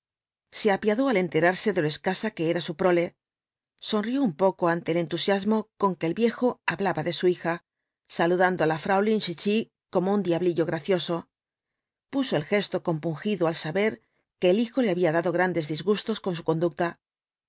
se apiada al enterarse de lo escasa que era su prole sonrió un pocoante el entusiasmo con que el viejo hablaba de su hija saludando á fraulin chichi como un diablillo gracioso puso el gesto compungido al saber que el hijo le había dado grandes disgustos con su conducta